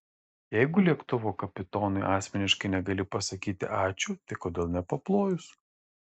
jeigu lėktuvo kapitonui asmeniškai negali pasakyti ačiū tai kodėl nepaplojus